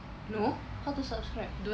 no how to subscribe